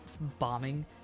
bombing